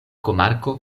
komarko